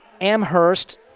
Amherst